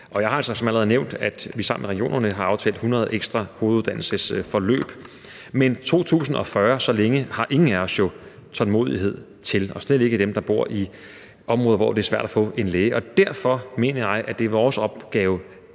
Jeg har allerede nævnt, at vi sammen med regionerne har aftalt 100 ekstra hoveduddannelsesforløb. Men så længe som 2040 har ingen af os jo tålmodighed til og slet ikke dem, der bor i et område, hvor det er svært at få en læge, og derfor mener jeg, det er vores opgave